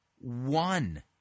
one